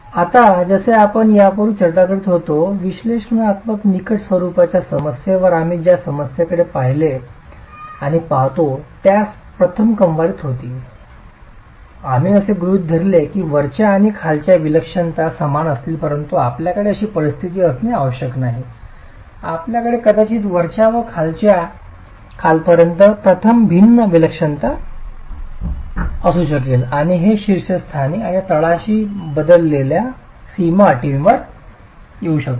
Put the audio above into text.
आता जसे आपण यापूर्वी चर्चा करीत होतो विश्लेषणात्मक निकट स्वरुपाच्या समस्येवर आम्ही ज्या समस्येकडे पाहिले आणि पाहतो त्यास प्रथम क्रमवारी होती आम्ही असे गृहित धरले की वरच्या आणि खालच्या विलक्षणता समान असतील परंतु आपल्याकडे अशी परिस्थिती असणे आवश्यक नाही आपल्याकडे कदाचित वरच्या व खालपर्यंत प्रथम भिन्न विलक्षणपणा असू शकेल आणि हे शीर्षस्थानी आणि तळाशी बदललेल्या सीमा अटींमधून येऊ शकते